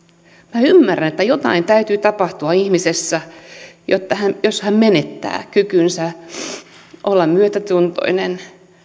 minä ymmärrän että jotain täytyy tapahtua ihmisessä jos hän menettää kykynsä olla myötätuntoinen